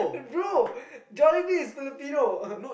bro Jolibee is Filipino